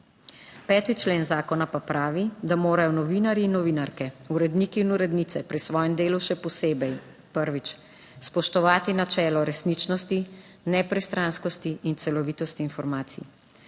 5. člen zakona pa pravi, da morajo novinarji in novinarke, uredniki in urednice pri svojem delu še posebej prvič spoštovati načelo resničnosti, nepristranskosti in celovitosti informacij,